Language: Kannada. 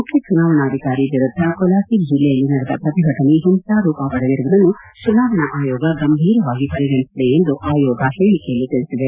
ಮುಖ್ಯ ಚುನಾವಣಾಧಿಕಾರಿ ವಿರುದ್ದ ಕೊಲಾಸಿಬ್ ಜಿಲ್ಲೆಯಲ್ಲಿ ನಡೆದ ಪ್ರತಿಭಟನೆ ಹಿಂಸಾರೂಪ ಪಡೆದಿರುವುದನ್ನು ಚುನಾವಣಾ ಆಯೋಗ ಗಂಭೀರವಾಗಿ ಪರಿಗಣಿಸಿದೆ ಎಂದು ಆಯೋಗ ಪೇಳಿಕೆಯಲ್ಲಿ ತಿಳಿಸಿದೆ